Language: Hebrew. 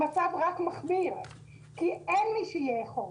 המצב רק מחמיר כי אין מי שיאכוף.